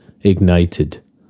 ignited